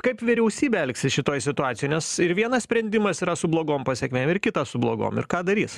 kaip vyriausybė elgsis šitoj situacijoj nes ir vienas sprendimas yra su blogom pasekmėm ir kita su blogom ir ką darys